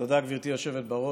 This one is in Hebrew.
תודה, גברתי היושבת-ראש.